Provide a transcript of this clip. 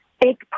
big